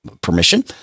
permission